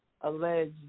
alleged